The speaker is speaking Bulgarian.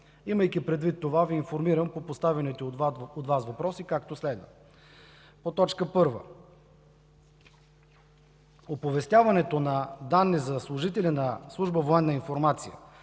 Имайки предвид това, Ви информирам по поставените въпроси, както следва: по точка първа – оповестяването на данни за служители на